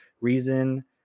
reason